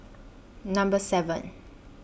Number seven